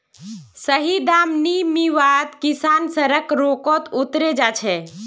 सही दाम नी मीवात किसान सड़क रोकोत उतरे जा छे